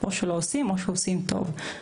או שלא עושים או שעושים טוב,